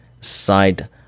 side